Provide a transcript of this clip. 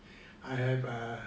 I have a